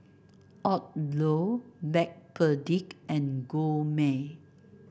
Odlo Backpedic and Gourmet